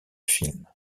film